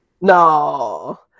No